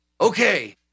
okay